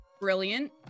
brilliant